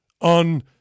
on